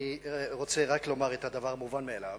אני רוצה רק לומר את הדבר המובן מאליו: